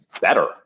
better